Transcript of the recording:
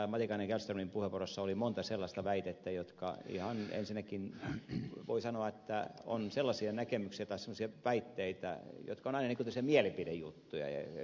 matikainen kallströmin puheenvuorossa oli monta sellaista väitettä jotka ihan ensinnäkin voi sanoa ovat semmoisia väitteitä jotka ovat aina niin kuin tällaisia mielipidejuttuja